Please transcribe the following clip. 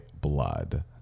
blood